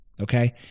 Okay